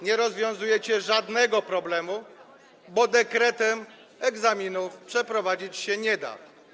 Nie rozwiązujecie żadnego problemu, bo dekretem egzaminów przeprowadzić się nie da.